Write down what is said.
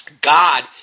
God